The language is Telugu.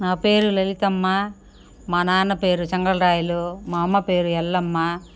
నా పేరు లలితమ్మ మా నాన్న పేరు చంగలరాయులు మా అమ్మ పేరు ఎల్లమ్మ